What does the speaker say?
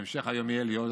בהמשך היום יהיו לי עוד,